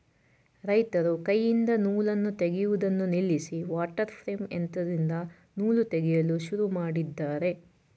ರೈತರು ಕೈಯಿಂದ ನೂಲನ್ನು ತೆಗೆಯುವುದನ್ನು ನಿಲ್ಲಿಸಿ ವಾಟರ್ ಪ್ರೇಮ್ ಯಂತ್ರದಿಂದ ನೂಲು ತೆಗೆಯಲು ಶುರು ಮಾಡಿದ್ದಾರೆ